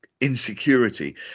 insecurity